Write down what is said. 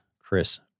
Chris